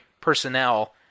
personnel